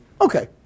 Okay